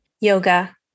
yoga